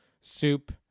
soup